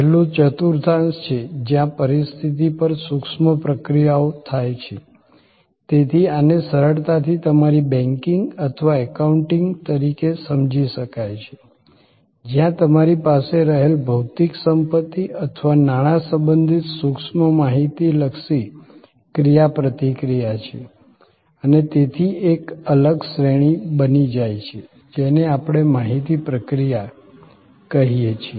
છેલ્લું ચતુર્થાંશ છે જ્યાં પરિસ્થિતિ પર સુક્ષ્મ પ્રક્રિયાઓ થાય છે તેથી આને સરળતાથી તમારી બેંકિંગ અથવા એકાઉન્ટિંગ તરીકે સમજી શકાય છે જ્યાં તમારી પાસે રહેલી ભૌતિક સંપત્તિ અથવા નાણાં સંબંધિત સુક્ષ્મ માહિતી લક્ષી ક્રિયાપ્રતિક્રિયા છે અને તેથી તે એક અલગ શ્રેણી બની જાય છે જેને આપણે માહિતી પ્રક્રિયા કહીએ છીએ